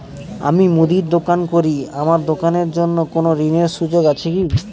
আমি মুদির দোকান করি আমার দোকানের জন্য কোন ঋণের সুযোগ আছে কি?